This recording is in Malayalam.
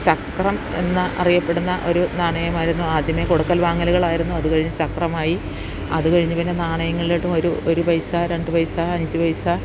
ചക്രം എന്ന അറിയപ്പെടുന്ന ഒരു നാണയമായിരുന്നു ആദ്യമേ കൊടുക്കൽ വാങ്ങലുകളായിരുന്നു അത് കഴിഞ്ഞ് ചക്രമായി അത് കഴിഞ്ഞ് പിന്നെ നാണയങ്ങളിലോട്ടും ഒരു ഒരു പൈസ രണ്ട് പൈസ അഞ്ച് പൈസ